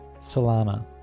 Solana